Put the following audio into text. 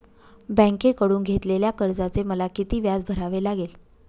बँकेकडून घेतलेल्या कर्जाचे मला किती व्याज भरावे लागेल?